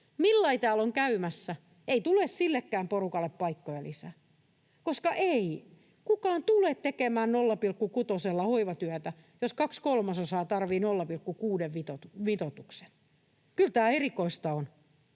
lailla täällä on käymässä? Ei tule sillekään porukalle paikkoja lisää, koska ei kukaan tule tekemään 0,6:lla hoivatyötä, jos kaksi kolmasosaa tarvitsee 0,6:n mitoituksen. Kyllä tämä erikoista on.